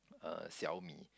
uh Xiaomi